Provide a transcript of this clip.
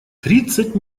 тридцать